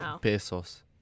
Pesos